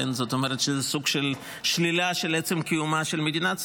זאת אומרת שזה סוג של שלילה של עצם קיומה של מדינת ישראל,